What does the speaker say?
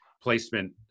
placement